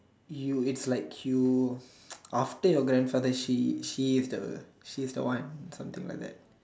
you it's like you after your grandfather she she she is the she is the one something like that